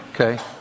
Okay